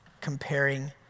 comparing